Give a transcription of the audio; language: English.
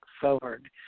forward